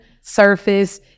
surface